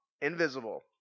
invisible